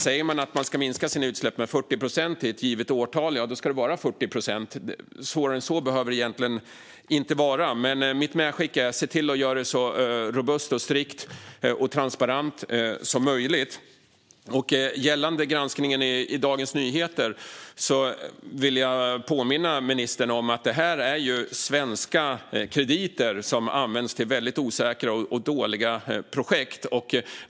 Säger man att man ska minska sina utsläpp med 40 procent till ett givet årtal ska det också vara 40 procent. Svårare än så behöver det inte vara. Mitt medskick är: Se till att göra det så robust, strikt och transparent som möjligt. Gällande granskningen i Dagens Nyheter vill jag påminna ministern om att det handlar om svenska krediter som används till väldigt osäkra och dåliga projekt.